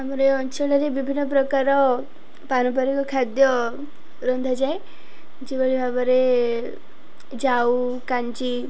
ଆମର ଅଞ୍ଚଳରେ ବିଭିନ୍ନ ପ୍ରକାର ପାରମ୍ପାରିକ ଖାଦ୍ୟ ରନ୍ଧାଯାଏ ଯେଭଳି ଭାବରେ ଜାଉ କାଞ୍ଜି